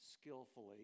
skillfully